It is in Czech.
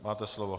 Máte slovo.